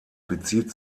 bezieht